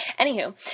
Anywho